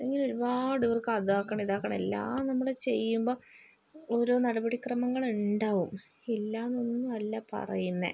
അങ്ങനെ ഒരുപാട് പേർക്ക് അതാകണം ഇതാകണം എല്ലാം നമ്മള് ചെയ്യുമ്പം ഓരോ നടപടി ക്രമങ്ങള് ഉണ്ടാവും ഇല്ല എന്നൊന്നും അല്ല പറയുന്നത്